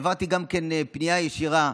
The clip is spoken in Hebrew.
העברתי גם פנייה ישירה,